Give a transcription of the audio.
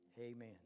Amen